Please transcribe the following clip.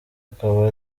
akaba